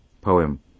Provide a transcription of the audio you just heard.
poem